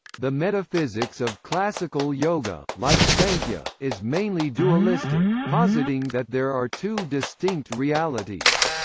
the metaphysics of classical yoga, like sankhya, is mainly dualistic, positing that there are two distinct realities.